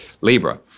Libra